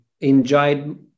enjoyed